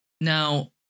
Now